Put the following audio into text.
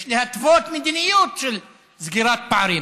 יש להתוות מדיניות של סגירת פערים,